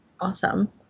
awesome